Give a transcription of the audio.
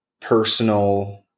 personal